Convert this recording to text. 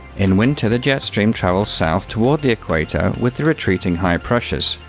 in winter, the jet stream travels south toward the equator with the retreating high pressures,